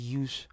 use